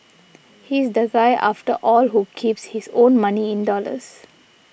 he is the guy after all who keeps his own money in dollars